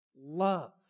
Love